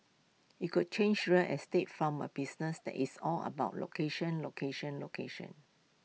IT could change real estate from A business that is all about location location location